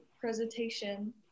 presentation